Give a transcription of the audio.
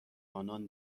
آنان